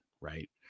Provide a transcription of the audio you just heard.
Right